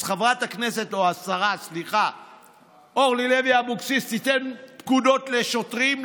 אז השרה אורלי לוי אבקסיס תיתן פקודות לשוטרים,